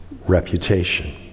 reputation